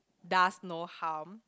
does not harm